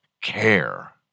care